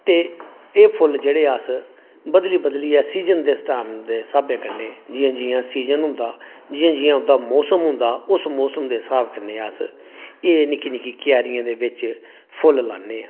ते एह् फोल्ल जेह्ड़े अस बदली बदलियै सीजन दे स्टा स्हाबें कन्नै जि'यां जि'यां सीजन होंदा जि'यां जि'यां ओह्दा मौसम होंदा उस मौसम दे स्हाब कन्नै अस एह् निक्की निक्की क्यारियें दे बेच्च फुल्ल लान्ने आं